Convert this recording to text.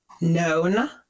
known